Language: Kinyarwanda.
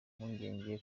mpungenge